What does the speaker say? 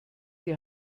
die